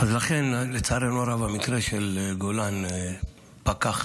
לצערנו הרב, המקרה של גולן פקח